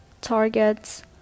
targets